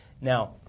now